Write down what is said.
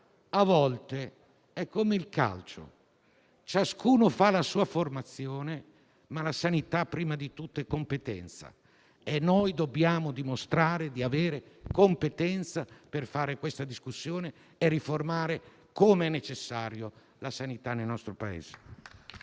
a volte, è come il calcio: ciascuno fa la sua formazione, ma la sanità prima di tutto è competenza e noi dobbiamo dimostrare di avere competenza per avviare la discussione e riformare, come è necessario, la sanità nel nostro Paese.